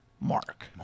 Mark